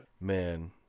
Man